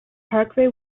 parkway